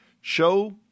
show